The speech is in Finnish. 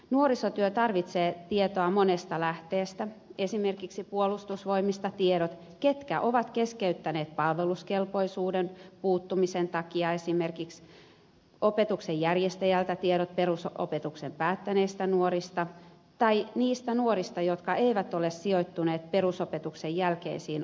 nuorisotyö tarvitsee tietoa monesta lähteestä esimerkiksi puolustusvoimista tiedot ketkä ovat keskeyttäneet palveluskelpoisuuden puuttumisen takia opetuksen järjestäjältä tiedot perusopetuksen päättäneistä nuorista tai niistä nuorista jotka eivät ole sijoittuneet perusopetuksen jälkeisiin opintoihin